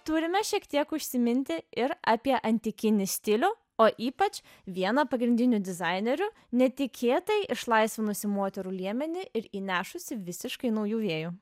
turime šiek tiek užsiminti ir apie antikinį stilių o ypač vieną pagrindinių dizainerių netikėtai išlaisvinusį moterų liemenį ir įnešusį visiškai naujų vėjų